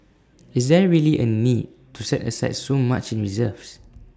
is there really A need to set aside so much in reserves